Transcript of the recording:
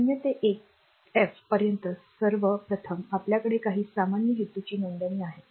0 ते 1 F पर्यंत सर्व प्रथम आपल्याकडे काही सामान्य हेतूची नोंदणी आहे